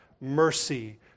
mercy